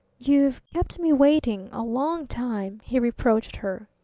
you've kept me waiting a long time, he reproached her.